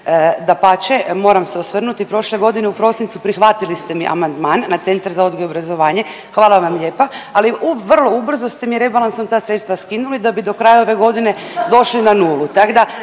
dapače. Moram se osvrnuti prošle godine u prosincu prihvatili ste mi amandman na Centar za odgoj i obrazovanje, hvala vam lijepa, ali vrlo ubrzo ste mi rebalansom ta sredstva skinuli da bi do kraja ove godine došli na nulu